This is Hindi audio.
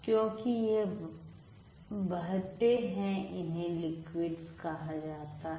क्योंकि यह बहते हैं इन्हें लिक्विडस कहा जाता है